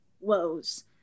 woes